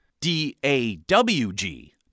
D-A-W-G